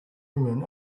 women